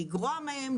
לגרוע מהן,